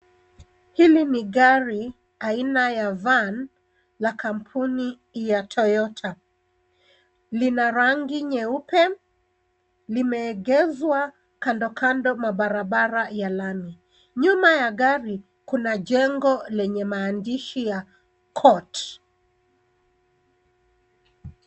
Hili ni gari aina ya van la kampuni ya Toyota. Lina rangi nyeupe, limeegeshwa kando kando mwa barabara ya lami. Nyuma ya gari kuna jengo lenye maandishi ya court .